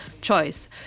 choice